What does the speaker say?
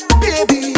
baby